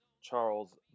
Charles